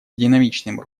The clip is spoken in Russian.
динамичным